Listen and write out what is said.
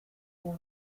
dago